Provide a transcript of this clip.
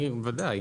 בוודאי.